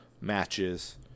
matches